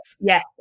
yes